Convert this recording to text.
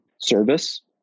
service